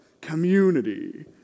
community